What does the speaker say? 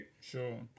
Sure